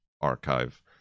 archive